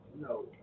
No